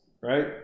right